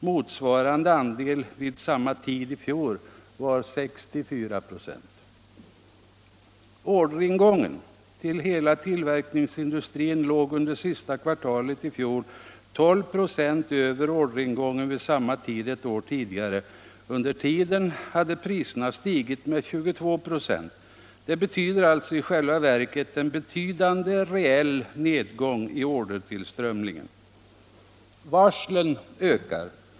Motsvarande andel vid samma tid i fjol var 64 96. Orderingången till hela tillverkningsindustrin låg under sista kvartalet i fjol 12 96 över orderingången vid samma tid ett år tidigare. Under tiden hade priserna stigit med 22 96. Det innebär alltså i själva verket en betydande reell nedgång i ordertillströmningen. Varslen ökar.